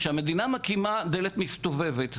שהמדינה מקימה דלת מסתובבת.